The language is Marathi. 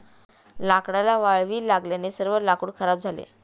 लाकडाला वाळवी लागल्याने सर्व लाकूड खराब झाले